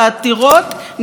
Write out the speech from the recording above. עוד לא אמר את דברו,